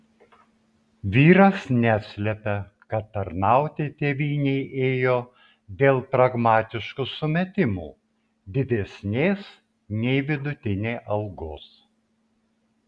vyras neslepia kad tarnauti tėvynei ėjo dėl pragmatiškų sumetimų didesnės nei vidutinė algos